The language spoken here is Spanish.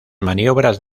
maniobras